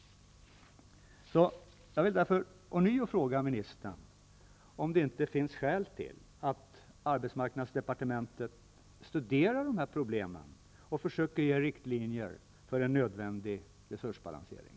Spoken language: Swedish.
Jag vill därför ånyo fråga ministern om det inte finns skäl för arbetsmarknadsdepartementet att studera de här problemen och att försöka ange riktlinjerna för en nödvändig resursbalansering.